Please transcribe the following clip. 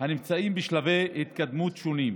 הנמצאים בשלבי התקדמות שונים.